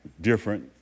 different